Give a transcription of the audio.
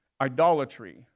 idolatry